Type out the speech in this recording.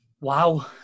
wow